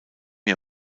ihr